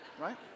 right